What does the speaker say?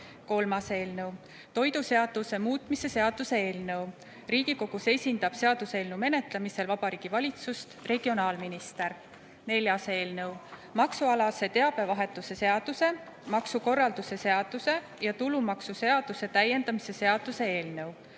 Kolmas eelnõu: toiduseaduse muutmise seaduse eelnõu. Riigikogus esindab seaduseelnõu menetlemisel Vabariigi Valitsust regionaalminister. Neljas eelnõu: maksualase teabevahetuse seaduse, maksukorralduse seaduse ja tulumaksuseaduse täiendamise seaduse eelnõu.